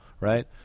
right